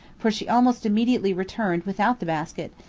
for she almost immediately returned without the basket,